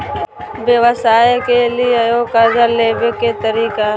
व्यवसाय के लियै कर्जा लेबे तरीका?